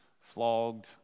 flogged